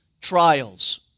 trials